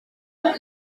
les